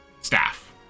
staff